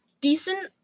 decent